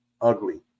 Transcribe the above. ugly